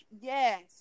Yes